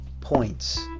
points